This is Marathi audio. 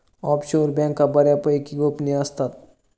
ऑफशोअर बँका बऱ्यापैकी गोपनीय असतात